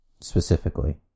specifically